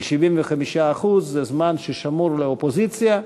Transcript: כי 75% זה הזמן ששמור לאופוזיציה.